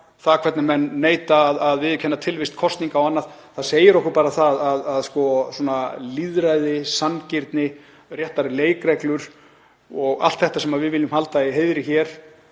það hvernig menn neita að viðurkenna tilvist kosninga og annað, segir okkur bara að lýðræði, sanngirni, réttar leikreglur og allt þetta sem við viljum halda í heiðri hér